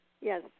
Yes